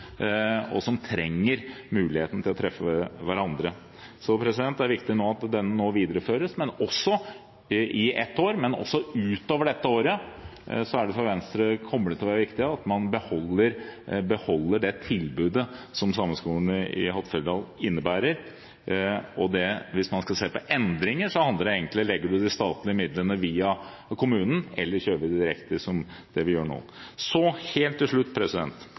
og som trenger muligheten til å treffe hverandre. Så det er viktig at denne skolen nå videreføres i ett år, men også utover dette året kommer det for Venstre til å være viktig at man beholder det tilbudet som Sameskolen i Hattfjelldal innebærer. Og hvis man skal se på endringer, handler det om hvorvidt man legger de statlige midlene via kommunen, eller om man kjører dem direkte, som vi gjør nå. Så, helt til slutt,